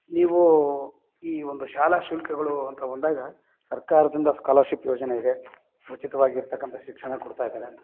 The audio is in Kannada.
ನೀವು ಈ ಒಂದು ಶಾಲಾ ಶುಲ್ಕಗಳು ಅಂತ ಬಂದಾಗ ಸರ್ಕಾರದಿಂದ ಸ್ಕಾಲರ್ಷಿಪ್ ಯೋಜನೆಯಿದೆ ಉಚಿತವಾಗಿರ್ತಕ್ಕಂಥ ಶಿಕ್ಷಣ ಕೊಡ್ತಾ ಇದ್ದಾರೆ